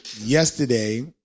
yesterday